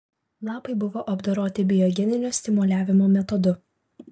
lapai buvo apdoroti biogeninio stimuliavimo metodu